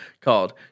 called